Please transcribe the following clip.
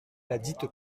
ladite